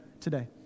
today